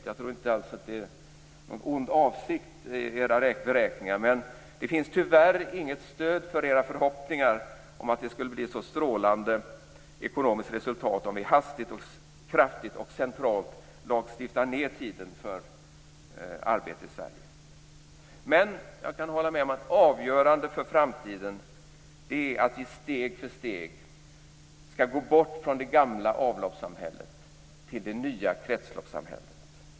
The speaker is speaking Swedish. Jag tror inte alls att det finns någon ond avsikt i era beräkningar, men det finns tyvärr inget stöd för era förhoppningar om att det skulle bli ett så strålande ekonomiskt resultat om vi hastigt, kraftigt och centralt lagstiftar ned tiden för arbete i Sverige. Jag kan hålla med att det är avgörande för framtiden att vi steg för steg går bort från det gamla avloppssamhället till det nya kretsloppssamhället.